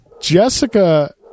Jessica